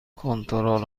کنترل